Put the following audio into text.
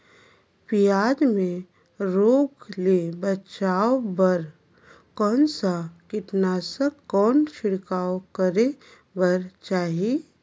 पियाज मे रोग ले बचाय बार कौन सा कीटनाशक कौन छिड़काव करे बर चाही?